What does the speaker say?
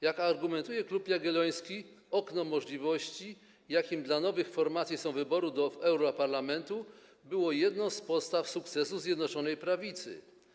Jak argumentuje Klub Jagielloński, okno możliwości, jakim dla nowych formacji są wybory do europarlamentu, było jedną z podstaw sukcesu Zjednoczonej Prawicy.